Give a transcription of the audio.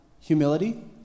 humility